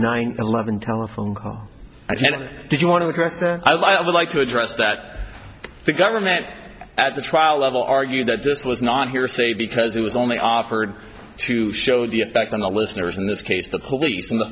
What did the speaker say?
nine eleven telephone call did you want to address that i would like to address that the government at the trial level argued that this was not hearsay because it was only offered to show the effect on the listeners in this case the police and the